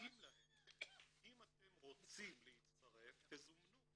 מודיעים להם "אם אתם רוצים להצטרף, תזומנו"